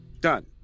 Done